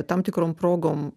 tam tikrom progom